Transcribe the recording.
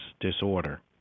disorder